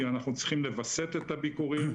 כי אנחנו צריכים לווסת את הביקורים,